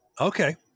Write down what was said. okay